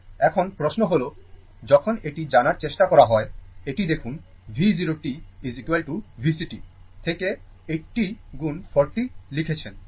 এখন প্রশ্ন হল যখন এটি জানার চেষ্টা করা হয় এটি দেখুন V 0 t VCt থেকে 80 গুণ 40 লিখেছেন